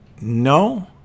no